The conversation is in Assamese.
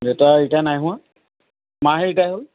দেউতা ৰিটায়াৰ নাই হোৱা মাহে ৰিটায়াৰ হ'ল